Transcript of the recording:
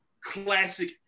classic